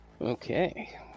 Okay